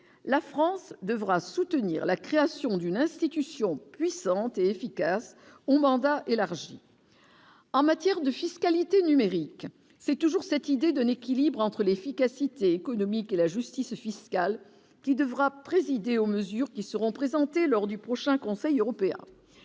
la France devra soutenir la création d'une institution puissante et efficace au mandat élargi en matière de fiscalité numérique c'est toujours cette idée d'un équilibre entre l'efficacité économique et la justice fiscale qui devra présider aux mesures qui seront présentées lors du prochain conseil européen